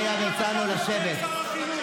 לשר החינוך.